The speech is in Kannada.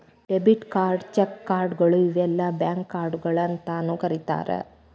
ಡೆಬಿಟ್ ಕಾರ್ಡ್ನ ಚೆಕ್ ಕಾರ್ಡ್ಗಳು ಇಲ್ಲಾ ಬ್ಯಾಂಕ್ ಕಾರ್ಡ್ಗಳ ಅಂತಾನೂ ಕರಿತಾರ